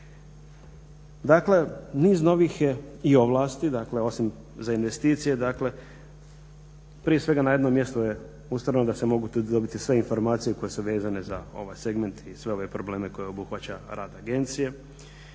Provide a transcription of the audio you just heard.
Dakle niz novih je i ovlasti osim za investicije prije svega na jednom mjestu je ustanovljeno da se mogu dobiti sve informacije koje su vezane za ovaj segment i sve ove probleme koje obuhvaća rad agencije.